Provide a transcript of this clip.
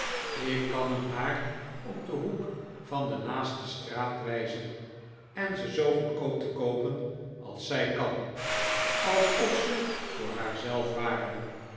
ik kan hem haar op den hoek van de naaste straat wijzen en ze zoo goedkoop te koopen als zij kan alsof ze voor haar zelf waren